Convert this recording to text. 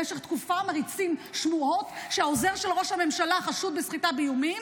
במשך תקופה מריצים שמועות שהעוזר של ראש הממשלה חשוד בסחיטה באיומים,